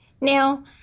Now